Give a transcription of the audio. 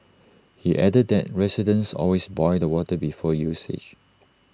he added that residents always boil the water before usage